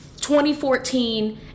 2014